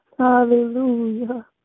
Hallelujah